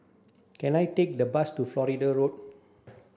can I take a bus to Florida Road